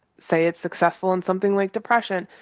say it's successful in something like depression,